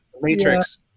Matrix